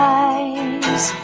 eyes